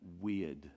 weird